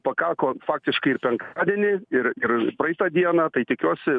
pakako faktiškai ir penktadienį ir ir praeitą dieną tai tikiuosi